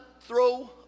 throw